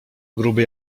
gruby